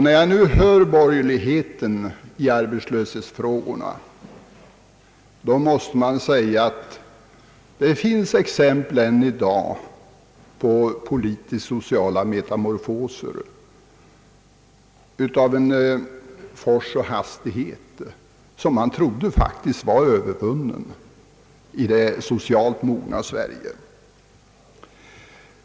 När jag nu hör borgerligheten i arbetslöshetsfrågorna måste jag säga att det än i dag finns exempel på politiskt sociala metamorfoser med en styrka och hastighet som man faktiskt trodde var övervunna i det socialt mogna Sverige.